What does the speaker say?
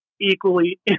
equally